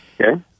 Okay